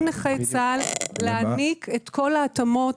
להעניק את כל ההתאמות